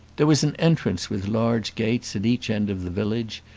there was an entrance with large gates at each end of the village,